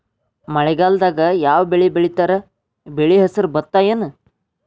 ಮಳೆಗಾಲದಾಗ್ ಯಾವ್ ಬೆಳಿ ಬೆಳಿತಾರ, ಬೆಳಿ ಹೆಸರು ಭತ್ತ ಏನ್?